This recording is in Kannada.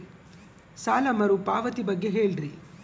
ಸಾಲ ಮರುಪಾವತಿ ಬಗ್ಗೆ ಹೇಳ್ರಿ?